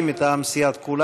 על